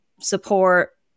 support